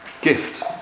gift